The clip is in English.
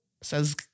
says